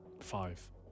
Five